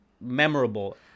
memorable